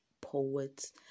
poets